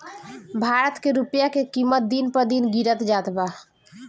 भारत के रूपया के किमत दिन पर दिन गिरत जात बा